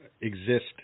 exist